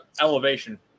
Elevation